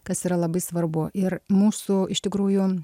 kas yra labai svarbu ir mūsų iš tikrųjų